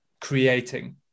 creating